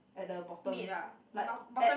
at the bottom like at